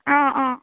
অঁ অঁ